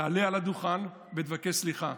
תעלה על הדוכן ותבקש סליחה.